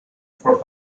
for